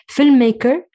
Filmmaker